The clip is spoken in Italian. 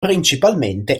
principalmente